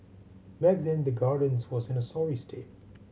back then the Gardens was in a sorry state